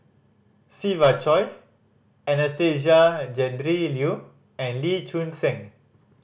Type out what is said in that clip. Siva Choy Anastasia Tjendri Liew and Lee Choon Seng